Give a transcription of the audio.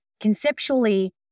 conceptually